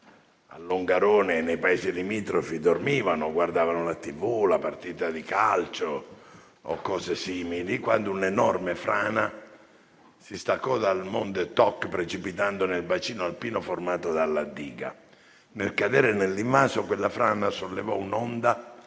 a Longarone e nei paesi limitrofi dormivano, guardavano la TV, la partita di calcio o cose simili - quando un'enorme frana si staccò dal monte Toc, precipitando nel bacino alpino formato dalla diga. Nel cadere nell'invaso, quella frana sollevò un'onda